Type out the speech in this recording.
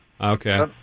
Okay